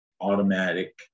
automatic